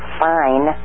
fine